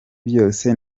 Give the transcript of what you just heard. byose